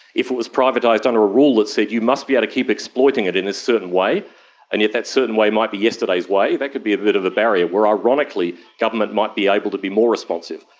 if it was privatised on a rule that said you must be able to keep exploiting it in this certain way and yet that certain way might be yesterday's way, that could be a bit of a barrier where ironically government might be able to be more responsive.